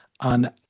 on